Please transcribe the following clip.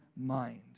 mind